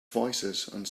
voicesand